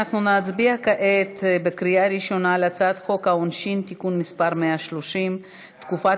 נצביע כעת בקריאה ראשונה על הצעת חוק העונשין (תיקון מס' 130) (תקופת